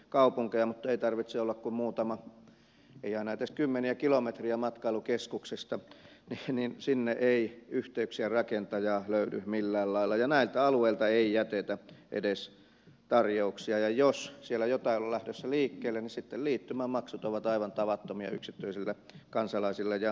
mutta ei tarvitse olla kuin muutama kilometri ei aina edes kymmeniä kilometrejä matkailukeskuksesta niin sinne ei yhteyksien rakentajaa löydy millään lailla ja näiltä alueilta ei jätetä edes tarjouksia ja jos siellä jotain on lähdössä liikkeelle niin sitten liittymämaksut ovat aivan tavattomia yksityisillä kansalaisilla ja yrityksillä